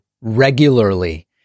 regularly